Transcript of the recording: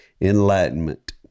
enlightenment